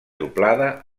doblada